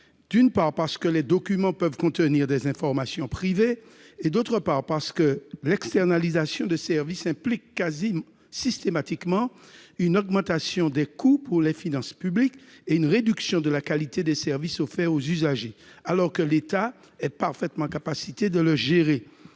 d'une part, parce que les documents peuvent contenir des informations privées ; d'autre part, parce que l'externalisation de services implique quasi systématiquement une augmentation des coûts pour les finances publiques et une réduction de la qualité des services offerts aux usagers. Or l'État est parfaitement en capacité de gérer